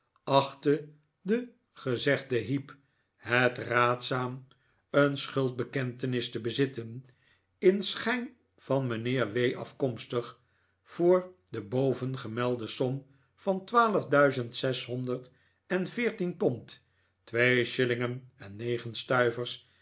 achtte de gezegde heep het raadzaam een schuldbekentenis te bezitten in schijn van mijnheer w afkomstig voor de bovengemelde som van twaalfduizend zeshonderd en veertien pond twee shillingen en negen stuivers